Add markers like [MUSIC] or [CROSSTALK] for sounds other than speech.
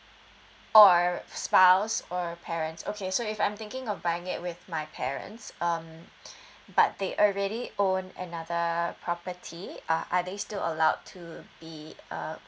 or spouse or parents okay so if I'm thinking of buying it with my parents um [BREATH] but they already own another property are are they still allowed to be uh